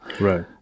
Right